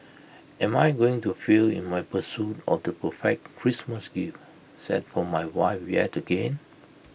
am I going to fail in my pursuit of the perfect Christmas gift set for my wife yet again